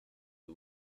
who